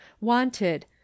wanted